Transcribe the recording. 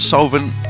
Solvent